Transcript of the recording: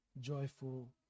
joyful